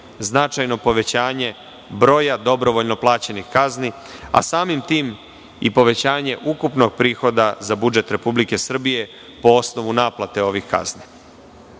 značajno povećanje broja dobrovoljno plaćenih kazni, a samim tim i povećanje ukupnog prihoda za budžet Republike Srbije, po osnovu naplate ovih